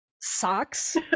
socks